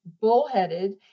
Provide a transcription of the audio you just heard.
bullheaded